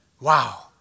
Wow